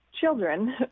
children